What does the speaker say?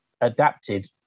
adapted